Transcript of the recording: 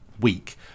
week